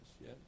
yes